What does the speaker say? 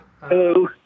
hello